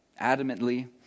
adamantly